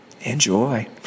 Enjoy